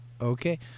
okay